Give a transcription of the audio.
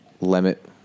limit